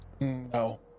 no